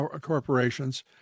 corporations